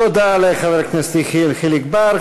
תודה לחבר הכנסת יחיאל חיליק בר.